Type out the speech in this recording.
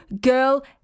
girl